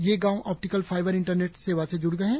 ये गांव optical fibre internet सेवा से जुड़ गये हैं